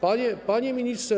Panie Ministrze!